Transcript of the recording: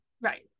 Right